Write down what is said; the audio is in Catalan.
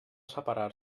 separar